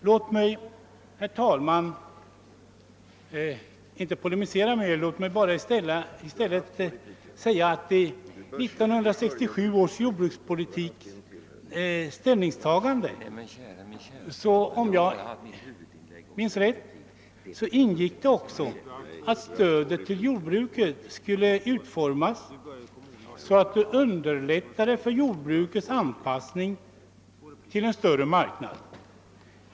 Låt mig, herr talman, inte polemisera med herr Persson i Heden utan bara säga att det i 1967 års jordbrukspolitiska beslut också ingick, om jag minns rätt, att stödet till jordbruket skulle utformas så att det underlättade jordbrukets anpassning till en större marknad.